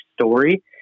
story